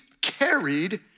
carried